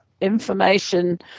information